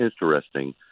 interesting